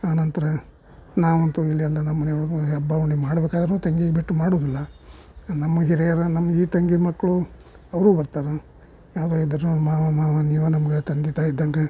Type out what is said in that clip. ಆನಂತರ ನಾವಂತೂ ಇಲ್ಲೆಲ್ಲ ನಮ್ಮ ಮನೆಯೊಳಗೆ ಹಬ್ಬ ಹುಣ್ಣಿಮೆ ಮಾಡ್ಬೇಕಾದ್ರೂ ತಂಗಿನ ಬಿಟ್ಟು ಮಾಡುವುದಿಲ್ಲ ನಮ್ಮ ಹಿರಿಯರು ನಮ್ಮ ಈ ತಂಗಿ ಮಕ್ಕಳು ಅವರು ಬರ್ತಾರೆ ಯಾವುದೇ ಇದ್ರೂ ಮಾವ ಮಾವ ನೀವೇ ನಮಗೆ ತಂದೆ ತಾಯಿ ಇದ್ದಂಗೆ